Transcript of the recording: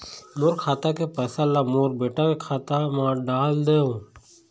मोर खाता के पैसा ला मोर बेटा के खाता मा डाल देव?